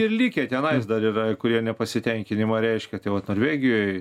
ir likę tenais dar yra ir kurie nepasitenkinimą reiškia tai vat norvegijoj